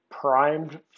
primed